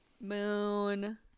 moon